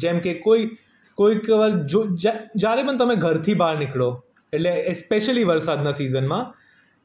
જેમકે કોઈ કોઈક વાર જયારે પણ તમે ઘરથી બહાર નીકળો એટલે એસ્પેશ્યલી વરસાદના સીઝનમાં